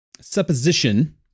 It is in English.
supposition